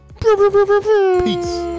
Peace